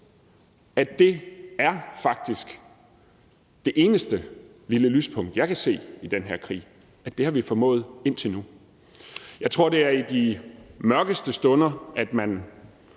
at det faktisk er det eneste lille lyspunkt, jeg kan se ved den her krig, nemlig at det har vi formået indtil nu. Jeg tror, det tit er sådan, at det